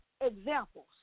examples